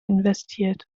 investiert